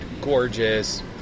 gorgeous